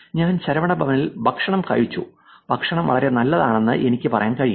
ഞാൻ ശരവണ ഭവനിൽ ഭക്ഷണം കഴിച്ചു ഭക്ഷണം വളരെ നല്ലതാണെന്ന് എനിക്ക് പറയാൻ കഴിയും